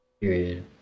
Period